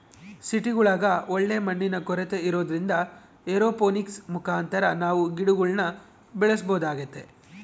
ಸಿಟಿಗುಳಗ ಒಳ್ಳೆ ಮಣ್ಣಿನ ಕೊರತೆ ಇರೊದ್ರಿಂದ ಏರೋಪೋನಿಕ್ಸ್ ಮುಖಾಂತರ ನಾವು ಗಿಡಗುಳ್ನ ಬೆಳೆಸಬೊದಾಗೆತೆ